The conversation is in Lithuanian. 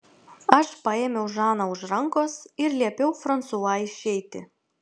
aš paėmiau žaną už rankos ir liepiau fransua išeiti